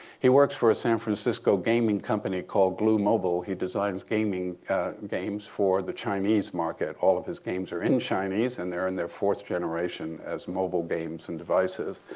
he works for a san francisco gaming company called glu mobile. he designs games for the chinese market. all of his games are in chinese, and they're in their fourth generation as mobile games and devices.